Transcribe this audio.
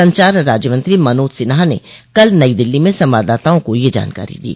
संचार राज्यमंत्री मनोज सिन्हा ने कल नई दिल्ली में संवाददाताओं को यह जानकारी दी